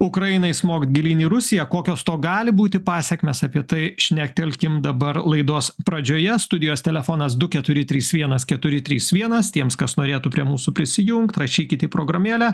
ukrainai smogt gilyn į rusiją kokios to gali būti pasekmės apie tai šnektelkim dabar laidos pradžioje studijos telefonas du keturi trys vienas keturi trys vienas tiems kas norėtų prie mūsų prisijungt rašykit į programėlę